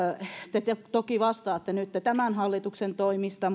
vaikka te toki vastaatte nytten tämän hallituksen toimista